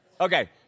Okay